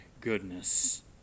goodness